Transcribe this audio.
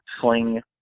sling